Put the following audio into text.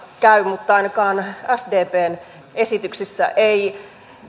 käy mutta ainakaan sdpn esityksissä ei